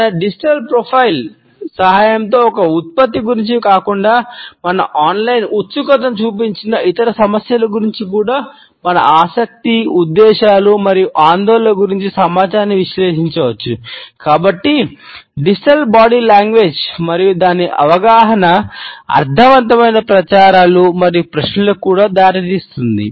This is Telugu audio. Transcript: మన డిజిటల్ మరియు దాని అవగాహన అర్ధవంతమైన ప్రచారాలు మరియు ప్రశ్నలకు కూడా దారితీస్తుంది